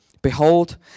Behold